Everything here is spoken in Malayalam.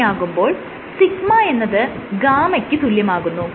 അങ്ങനെയാകുമ്പോൾ σ എന്നത് G ക്ക് തുല്യമാകുന്നു